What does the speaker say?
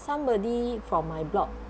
somebody from my block